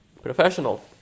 Professional